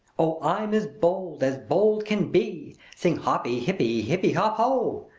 oh i'm as bold as bold can be! sing hoppy-hippy-hippy-hop-o!